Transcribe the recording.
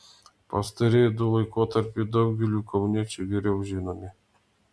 pastarieji du laikotarpiai daugeliui kauniečių geriau žinomi